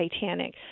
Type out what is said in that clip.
Titanic